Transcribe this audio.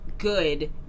good